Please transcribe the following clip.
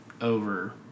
over